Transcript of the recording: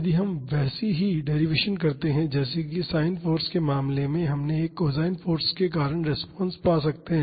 यदि हम वैसी ही डैरीवेसन करते हैं जैसे कि साइन फाॅर्स के मामले में हम एक कोसाइन फाॅर्स के कारण रिस्पांस पा सकते हैं